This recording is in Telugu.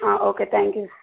okay thank you